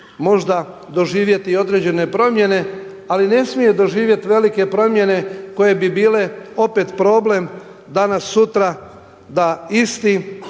možda doživjeti i određene promjene, ali ne smije doživjeti velike promjene koje bi bile opet problem danas sutra da isti